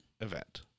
event